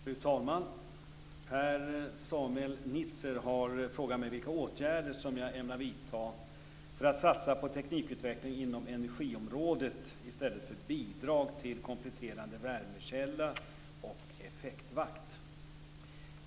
Fru talman! Per-Samuel Nisser har frågat mig vilka åtgärder jag ämnar vidta för att satsa på teknikutveckling inom energiområdet i stället för bidrag till kompletterande värmekälla och effektvakt.